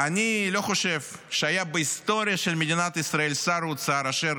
אני לא חושב שהיה בהיסטוריה של מדינת ישראל שר אוצר אשר